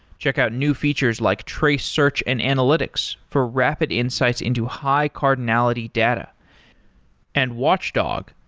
check out new features like trace search and analytics for rapid insights into high-cardinality data and watchdog,